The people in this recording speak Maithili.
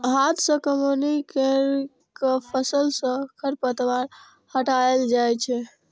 हाथ सं कमौनी कैर के फसल सं खरपतवार हटाएल जाए छै